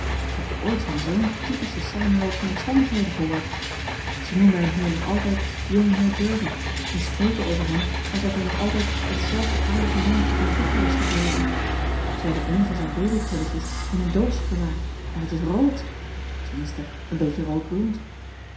eb je ooit van zoo n typischen samenloop van omstandigheden gehoord e noemen hem hier nog altijd ongeheer ervie en spreken over hem alsof hij nog altijd hetzelfde aardige jongetje van vroeger was gebleven ij hebben een van zijn babykrulletjes in een doosje bewaard en het is rood tenminste een beetje